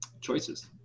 choices